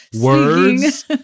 words